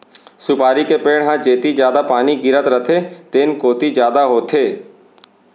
सुपारी के पेड़ ह जेती जादा पानी गिरत रथे तेन कोती जादा होथे